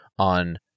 on